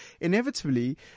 inevitably